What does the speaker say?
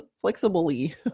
flexibly